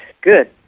good